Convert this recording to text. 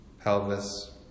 pelvis